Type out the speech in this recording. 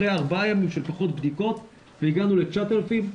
אחרי ארבעה ימים של פחות בדיקות והגענו ל-9,000.